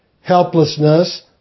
helplessness